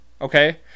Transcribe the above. Okay